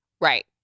Right